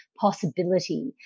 possibility